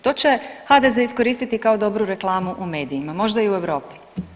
To će HDZ iskoristiti kako dobru reklamu u medijima, možda i u Europi.